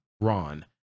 Ron